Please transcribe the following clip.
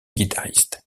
guitaristes